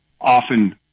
often